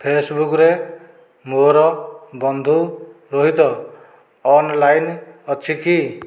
ଫେସବୁକ୍ରେ ମୋର ବନ୍ଧୁ ରୋହିତ ଅନଲାଇନ୍ ଅଛି କି